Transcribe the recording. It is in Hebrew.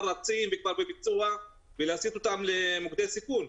רצים וכבר בביצוע ולהסיט אותם למוקדי סיכון.